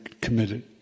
committed